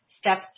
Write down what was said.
Step